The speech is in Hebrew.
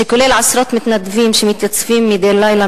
שכולל עשרות מתנדבים שמתייצבים מדי לילה,